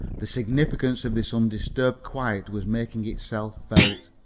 the significance of this undisturbed quiet was making itself felt.